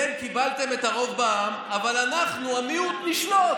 אתם קיבלתם את הרוב בעם אבל אנחנו, המיעוט, נשלוט.